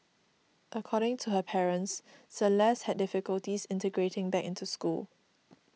according to her parents Celeste had difficulties integrating back into school